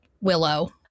Willow